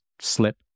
slip